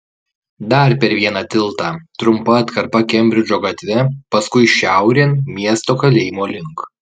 dar per vieną tiltą trumpa atkarpa kembridžo gatve paskui šiaurėn miesto kalėjimo link